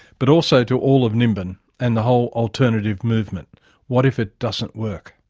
but also to all of nimbin and the whole alternative movement what if it doesn't work?